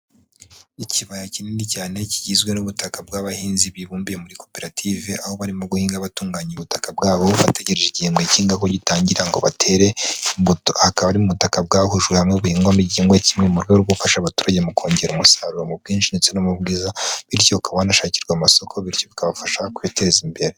Ikibaya kinini cyane kigizwe n'ubutaka bw'abahinzi bibumbiye muri koperative aho barimo guhinga batunganya ubutaka bwabo bategereje igihembwe cy'ihinga ko gitangira ngo batere imbuto. Akaba ari mu butaka bwahujwe hamwe buhingwamo igihingwa kimwe mu rwego rwo gufasha abaturage mu kongera umusaruro mu bwinshi ndetse no mu bwiza, bityo ukaba wanashakirwa amasoko bityo bikabafasha kwiteza imbere.